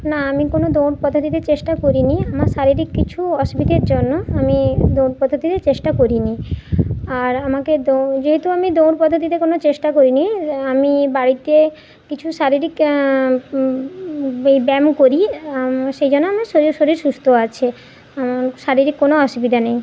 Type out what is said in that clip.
না আমি কোনো দৌড় দিতে চেষ্টা করি নি আমার শারীরিক কিছু অসুবিধের জন্য আমি দৌড় দিতে চেষ্টা করি নি আর আমাকে যেহেতু আমি দৌড় কোনো চেষ্টা করি নি আমি বাড়িতে কিছু শারীরিক ব্যায়াম করি সেই জন্য আমার শরীর সুস্থ আছে শারীরিক কোনো অসুবিধা নেই